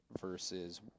versus